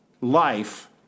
life